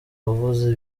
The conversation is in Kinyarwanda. wavuze